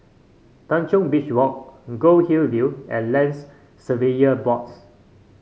Tanjong Beach Walk Goldhill View and Lands Surveyor Boards